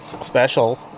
special